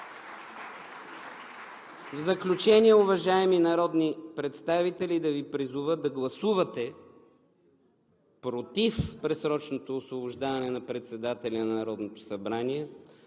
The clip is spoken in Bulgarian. В заключение, уважаеми народни представители, да Ви призова да гласувате против предсрочното освобождаване на председателя на Народното събрание,